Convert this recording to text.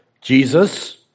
Jesus